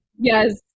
Yes